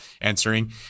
answering